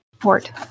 port